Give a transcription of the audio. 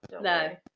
no